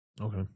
okay